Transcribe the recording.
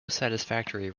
satisfactory